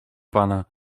pana